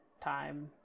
time